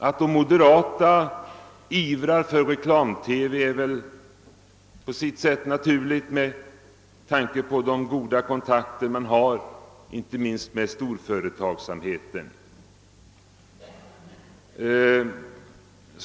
Att de moderata ivrar för reklam-TV är väl på sätt och vis naturligt med tanke på de goda kontakterna med inte minst storföretagsamheten.